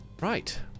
Right